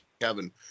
Kevin